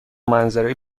منظره